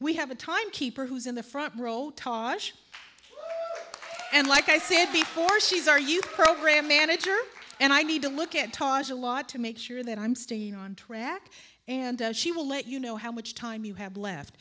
we have a time keeper who's in the front row tosh and like i said before she's our youth program manager and i need to look at taj a lot to make sure that i'm staying on track and she will let you know how much time you have left